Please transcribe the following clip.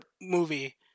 movie